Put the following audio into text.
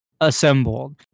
assembled